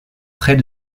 près